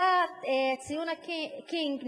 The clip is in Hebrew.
ציונה קניג,